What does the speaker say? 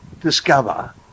discover